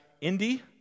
Indy